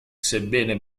sebbene